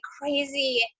crazy